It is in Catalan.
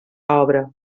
obra